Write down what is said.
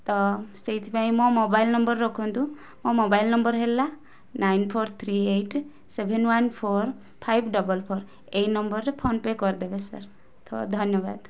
ତ ସେଇଥିପାଇଁ ମୋ ମୋବାଇଲ ନମ୍ବର ରଖନ୍ତୁ ମୋ' ମୋବାଇଲ ନମ୍ବର ହେଲା nine four three eight seven one four five double four ଏଇ ନମ୍ବରରେ ଫୋନ୍ ପେ' କରିଦେବେ ସାର୍ ତ ଧନ୍ୟବାଦ